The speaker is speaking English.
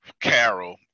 Carol